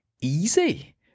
easy